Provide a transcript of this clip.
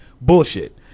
Bullshit